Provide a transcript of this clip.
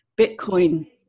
Bitcoin